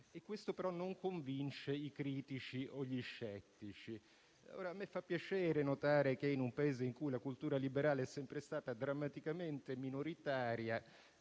Questo, però, non convince i critici o gli scettici. Mi fa piacere notare che in un Paese in cui la cultura liberale è sempre stata drammaticamente minoritaria